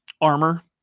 armor